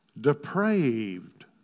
Depraved